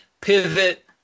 pivot